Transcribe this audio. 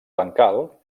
bancal